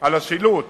על השילוט